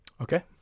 Okay